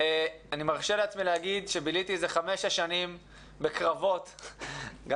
אני מרשה לעצמי להגיד שביליתי חמש-שש שנים בקרבות גם